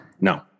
No